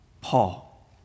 Paul